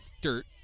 dirt